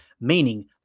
meaning